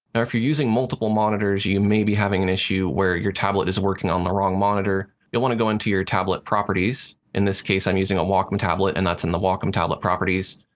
now if you're using multiple monitors, you may be having an issue where your tablet is working on the wrong monitor. you'll want to go into your tablet properties, in this case, i'm using a wacom tablet, and that's in the wacom tablet properties,